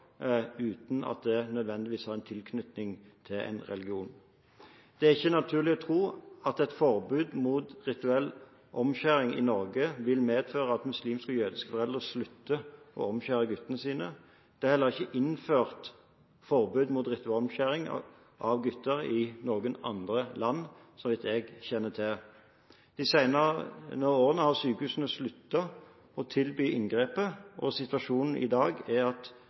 uten at det nødvendigvis har tilknytning til en religion. Det er ikke naturlig å tro at et forbud mot rituell omskjæring i Norge vil medføre at muslimske og jødiske foreldre slutter å omskjære guttene sine. Det er heller ikke innført forbud mot rituell omskjæring av gutter i noen andre land, så vidt jeg kjenner til. De senere årene har sykehusene sluttet å tilby inngrepet, og situasjonen i dag er at